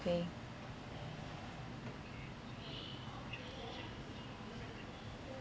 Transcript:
okay